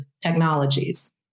technologies